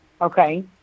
Okay